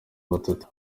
batatu